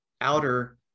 outer